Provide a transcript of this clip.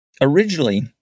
originally